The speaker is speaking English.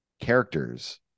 characters